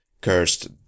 cursed